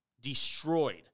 destroyed